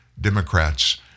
Democrats